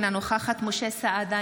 אינה נוכחת משה סעדה,